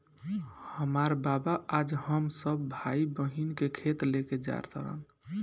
हामार बाबा आज हम सब भाई बहिन के खेत लेके जा तारन